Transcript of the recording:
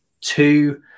two